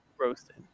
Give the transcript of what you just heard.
roasted